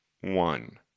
one